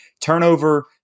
turnover